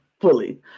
fully